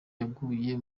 yaguye